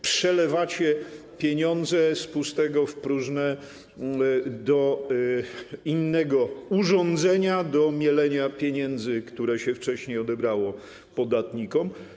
Przelewacie pieniądze z pustego w próżne do innego urządzenia do mielenia pieniędzy, które się wcześniej odebrało podatnikom.